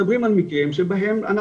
מדברים על מיקרים שבהם,